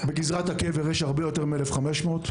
בגזרת הקבר יש הרבה יותר מ-1,500,